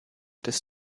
des